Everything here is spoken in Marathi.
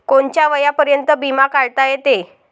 कोनच्या वयापर्यंत बिमा काढता येते?